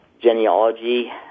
genealogy